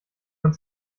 man